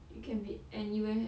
you can be anywhere